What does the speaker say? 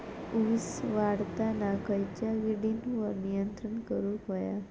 ऊस वाढताना खयच्या किडींवर नियंत्रण करुक व्हया?